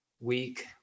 week